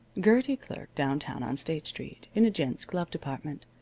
gertie clerked downtown on state street, in a gents' glove department.